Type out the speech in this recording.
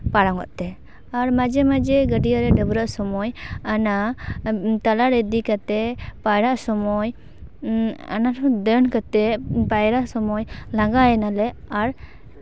ᱯᱟᱨᱚᱢᱚᱜ ᱛᱮ ᱟᱨ ᱢᱟᱡᱷᱮ ᱢᱟᱡᱷᱮ ᱜᱟᱹᱰᱭᱟᱹ ᱨᱮ ᱰᱟᱹᱵᱽᱨᱟᱹᱜ ᱥᱚᱢᱚᱭ ᱚᱱᱟ ᱛᱟᱞᱟᱨᱮ ᱤᱫᱤ ᱠᱟᱛᱮ ᱯᱟᱭᱨᱟ ᱥᱚᱢᱚᱭ ᱚᱱᱟ ᱠᱷᱚᱡ ᱫᱚᱱ ᱠᱟᱛᱮ ᱯᱟᱭᱨᱟ ᱥᱚᱢᱚᱭ ᱞᱟᱸᱜᱟᱭᱮᱱᱟᱞᱮ ᱟᱨ